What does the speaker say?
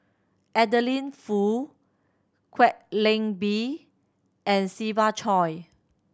Adeline Foo Kwek Leng Beng and Siva Choy